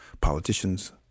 politicians